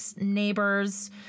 neighbors